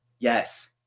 Yes